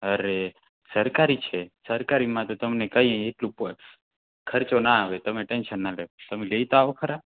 અરે સરકારી જ છે સરકારીમાં તો તમને કઈ એટલું ખર્ચો ના આવે તમે ટેન્શન ના લો તમે લેતા આવો ખરા